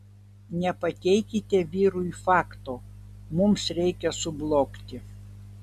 nepateikite vyrui fakto mums reikia sublogti